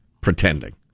pretending